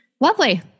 lovely